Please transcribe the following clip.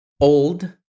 Old